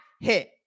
hit